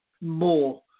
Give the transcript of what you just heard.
more